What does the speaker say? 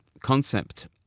concept